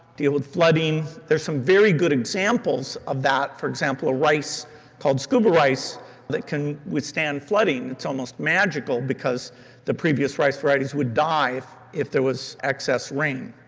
deal with flooding. there are some very good examples of that, for example a rice called scuba rice that can withstand flooding, it's almost magical, because the previous rice varieties would die if there was excess rain.